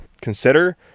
consider